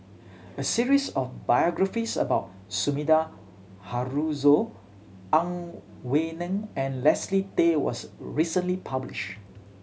a series of biographies about Sumida Haruzo Ang Wei Neng and Leslie Tay was recently publish